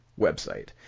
website